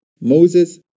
Moses